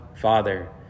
Father